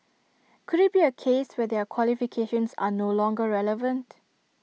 could IT be A case where their qualifications are no longer relevant